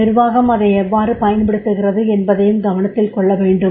நிர்வாகம் அதை எவ்வாறு பயன்படுத்துகிறது என்பதையும் கவனத்தில் கொள்ள வேண்டும்